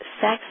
sex